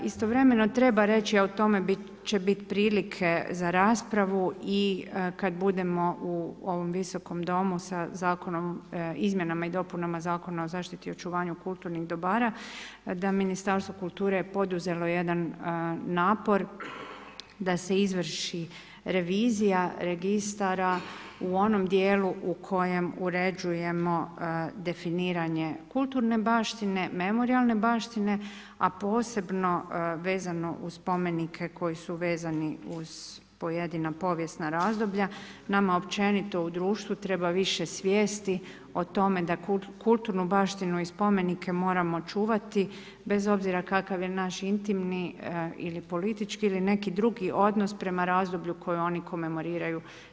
Istovremeno treba reći, a o tome će biti prilike za raspravu i kad budemo u ovom visokom domu sa Zakonom, izmjenama i dopunama Zakona o zaštiti i očuvanju kulturnih dobara, da Ministarstvo kulture je poduzelo jedan napor da se izvrši revizija registara u onom dijelu u kojem uređujemo definiranje kulturne baštine, memorijalne baštine, a posebno vezano uz spomenike koji su vezani uz pojedina povijesna razdoblja, nama općenito u društvu treba više svijesti o tome da kulturnu baštinu i spomenike moramo čuvati bez obzira kakav je naš intimni ili politički ili neki drugi odnos prema razdoblju koje oni komemoriraju.